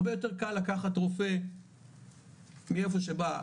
הרבה יותר קל לקחת רופא מאיפה שבא,